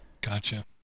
Gotcha